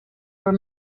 were